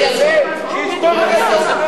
בבקשה.